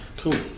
cool